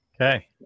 Okay